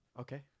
okay